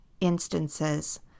instances